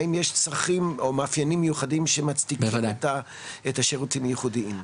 האם יש צרכים או מאפיינים מיוחדים שמצדיקים את השירותים הייחודיים?